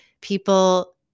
People